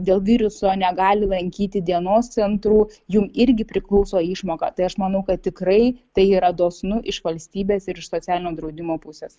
dėl viruso negali lankyti dienos centrų jum irgi priklauso išmoka tai aš manau kad tikrai tai yra dosnu iš valstybės ir iš socialinio draudimo pusės